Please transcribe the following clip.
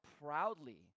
proudly